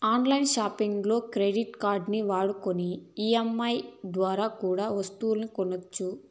on line సాపింగుల్లో credit కార్డుల్ని వాడుకొని ఈ.ఎం.ఐ దోరా కూడా ఒస్తువులు కొనొచ్చు